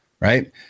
right